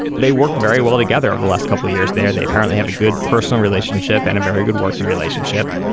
they worked very well together over the last couple of years there. they apparently have a good personal relationship and a very good working relationship.